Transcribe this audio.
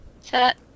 set